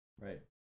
Right